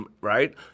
right